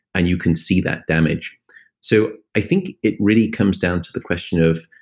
and you can see that damage so i think it really comes down to the question of,